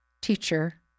teacher